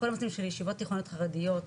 כל המסלולים של ישיבות תיכוניות חרדיות,